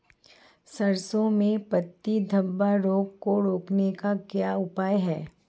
सरसों में पत्ती धब्बा रोग को रोकने का क्या उपाय है?